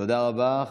תודה רבה.